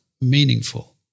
meaningful